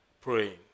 praying